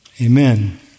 Amen